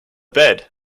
bed